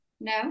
No